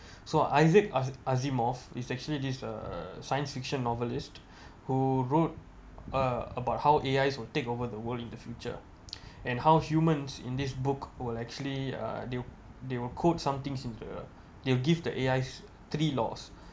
is issac a~ asimov actually this uh science fiction novelist who wrote uh about how A_I will take over the world in the future and how humans in this book will actually uh they they will code something into the they will give the A_I three loss